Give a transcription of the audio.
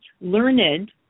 learned